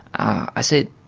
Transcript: i say,